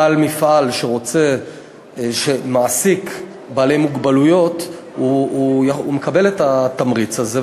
בעל מפעל שמעסיק בעלי מוגבלויות מקבל את התמריץ הזה,